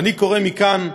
ואני קורא מכאן,